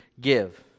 give